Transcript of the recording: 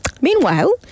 Meanwhile